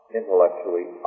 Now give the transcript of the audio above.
intellectually